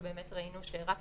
ראינו שרק